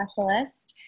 specialist